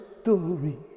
story